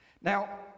now